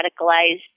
radicalized